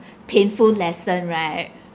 painful lesson right